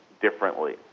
differently